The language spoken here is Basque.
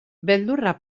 beldurra